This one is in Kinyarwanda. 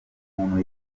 umuntu